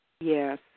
Yes